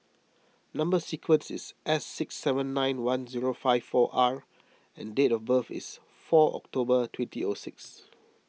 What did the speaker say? Number Sequence is S six seven nine one zero five four R and date of birth is four October twenty O six